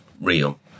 real